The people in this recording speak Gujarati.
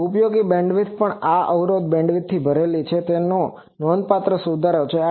અને ઉપયોગી બેન્ડવિડ્થ પણ આ અવરોધ બેન્ડવિડ્થથી ભરેલી છે તો તે નોંધપાત્ર સુધારો છે